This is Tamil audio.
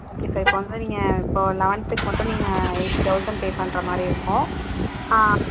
ஓகே சார் இப்போ வந்து நீங்கள் இப்போ லவென்த்துக் மட்டும் நீங்கள் எய்ட்டி தெளசண்ட் பே பண்ணுற மாதிரி இருக்கும்